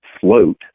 float